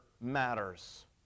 matters